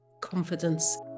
confidence